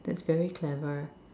that's very clever